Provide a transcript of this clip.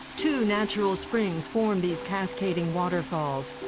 two natural springs form these cascading waterfalls!